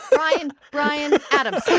bryan bryan adams